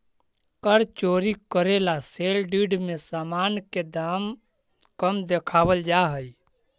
कर चोरी करे ला सेल डीड में सामान के दाम कम देखावल जा हई